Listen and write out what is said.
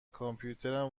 کامپیوترم